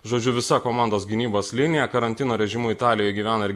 žodžiu visa komandos gynybos linija karantino režimu italijoj gyvena ir